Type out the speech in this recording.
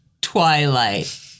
Twilight